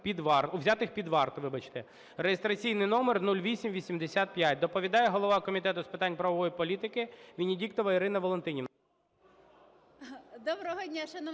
взятих під варту, вибачте (реєстраційний номер 0885). Доповідає голова Комітету з питань правової політики Венедіктова Ірина Валентинівна.